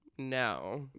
no